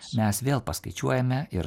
mes vėl paskaičiuojame ir